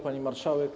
Pani Marszałek!